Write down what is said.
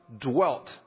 dwelt